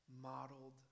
modeled